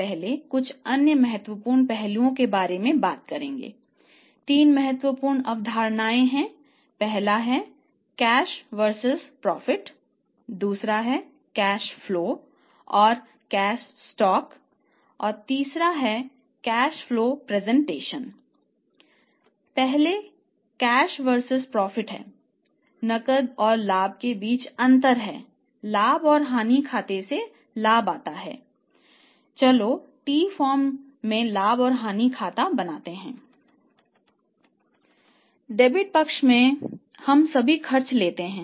पहले cash versus profit में लाभ और हानि खाता बनाते हैं